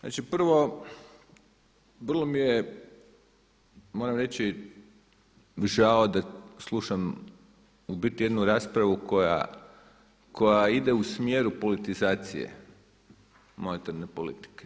Znači prvo vrlo mi je moram reći žao da slušam u biti jednu raspravu koja ide u smjeru politizacije monetarne politike.